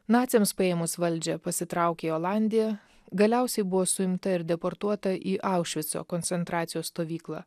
naciams paėmus valdžią pasitraukė į olandiją galiausiai buvo suimta ir deportuota į aušvico koncentracijos stovyklą